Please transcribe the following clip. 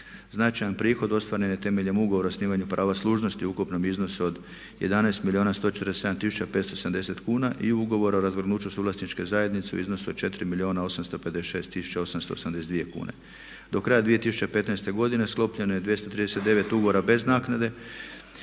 Značajan prihod ostvaren je temeljem ugovora o osnivanju prava služnosti u ukupnom iznosu od 11 milijuna 147 tisuća 570 kuna i ugovor o razvrgnuću suvlasničke zajednice u iznosu od 4 milijuna 856 tisuća 882 kune. Do kraja 2015. godine sklopljeno je 239 ugovora bez naknade